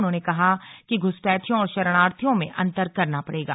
उन्होंने कहा कि घुसपैठियों और शरणार्थियों में अंतर करना पड़ेगा